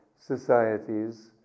societies